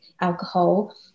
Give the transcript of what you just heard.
alcohol